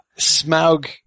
Smaug